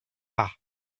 pas